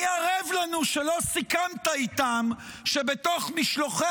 מי ערב לנו שלא סיכמת איתם שבתוך משלוחי